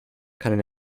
kann